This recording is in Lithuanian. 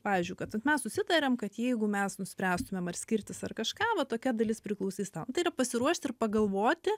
pavyzdžiui kad mes susitarėm kad jeigu mes nuspręstumėm ar skirtis ar kažką va tokia dalis priklausys tau tai yra pasiruošti ir pagalvoti